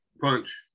Punch